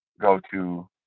go-to